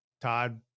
Todd